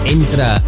Entra